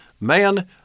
Man